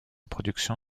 production